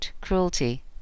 cruelty